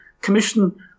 Commission